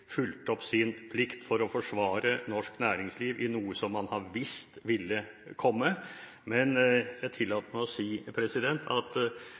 fulgt opp sin plikt for å forsvare norsk næringsliv i noe som man har visst ville komme. Jeg tillater meg å si at